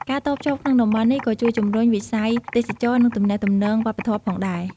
ការតភ្ជាប់ក្នុងតំបន់នេះក៏ជួយជំរុញវិស័យទេសចរណ៍និងទំនាក់ទំនងវប្បធម៌ផងដែរ។